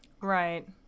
right